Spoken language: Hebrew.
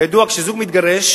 כידוע, כשזוג מתגרש,